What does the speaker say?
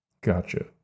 Gotcha